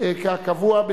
לחלופין ב' של קבוצת